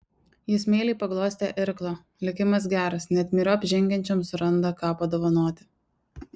jis meiliai paglostė irklą likimas geras net myriop žengiančiam suranda ką padovanoti